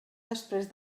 després